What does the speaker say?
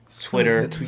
Twitter